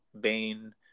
Bane